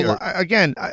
Again